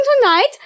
tonight